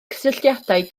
cysylltiadau